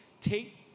take